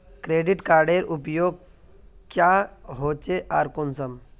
Credit कार्डेर उपयोग क्याँ होचे आर कुंसम?